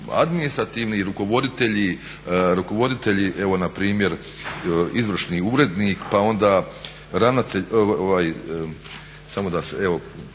administrativni rukovoditelji, evo npr., izvršni urednik, pa onda, samo da evo